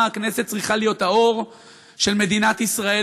הכנסת צריכה להיות האור של מדינת ישראל,